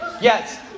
Yes